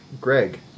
Greg